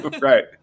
Right